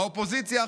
האופוזיציה,